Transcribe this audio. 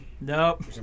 Nope